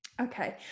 Okay